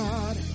God